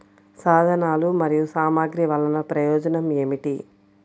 సాధనాలు మరియు సామగ్రి వల్లన ప్రయోజనం ఏమిటీ?